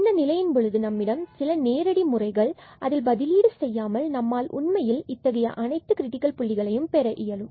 இந்த நிலையின் பொழுது நம்மிடம் சில நேரடி முறைகள் அதில் பதிலீடு செய்யாமல் நம்மால் உண்மையில் இத்தகைய அனைத்து கிரிட்டிக்கல் புள்ளிகளையும் பெற இயலும்